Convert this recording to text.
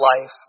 life